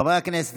חברי הכנסת,